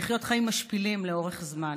לחיות חיים משפילים לאורך זמן,